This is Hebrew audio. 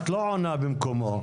את לא עונה במקומו.